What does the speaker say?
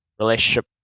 relationship